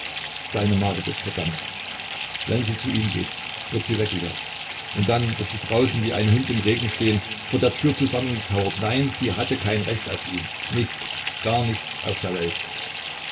seine marit ist verdammt wenn sie zu ihm geht wird sie weggejagt und dann wird sie draußen wie ein hund im regen stehen vor der tür zusammengekauert nein sie hatte kein recht auf ihn nichts gar nichts auf der welt